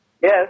Yes